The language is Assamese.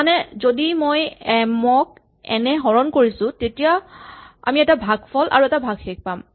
মানে যদি মই এম ক এন এ হৰণ কৰো তেতিয়া আমি এটা ভাগফল আৰু এটা ভাগশেষ পাম